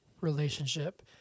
relationship